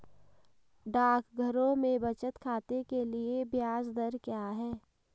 डाकघरों में बचत खाते के लिए ब्याज दर क्या है?